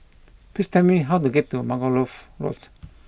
please tell me how to get to Margoliouth Road